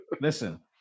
listen